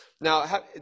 Now